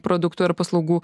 produktų ar paslaugų